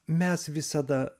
mes visada